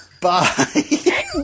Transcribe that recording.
Bye